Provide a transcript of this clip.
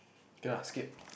okay lah skip